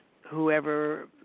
whoever